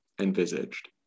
envisaged